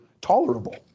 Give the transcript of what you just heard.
tolerable